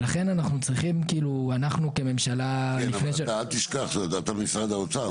ולכן אנחנו כממשלה צריכים --- אבל אל תשכח שאתה משרד האוצר,